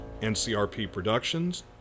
ncrpproductions